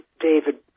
David